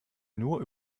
nur